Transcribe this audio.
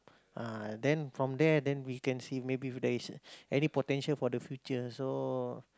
ah then from there then we can see maybe if there's any potential for the future so